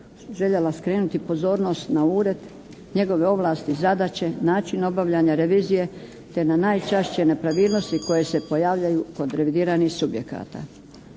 željela skrenuti pozornost na Ured, njegove ovlasti i zadaće, način obavljanja revizije, te na najčešće nepravilnosti koje se pojavljuju kod revidiranih subjekata.